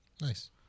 Nice